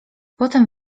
potem